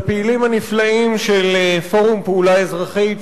לפעילים הנפלאים של "פורום פעולה אזרחית",